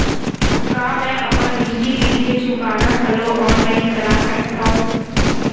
का मैं अपन बिजली बिल के चुकारा घलो ऑनलाइन करा सकथव?